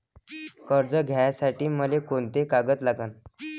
कर्ज घ्यासाठी मले कोंते कागद लागन?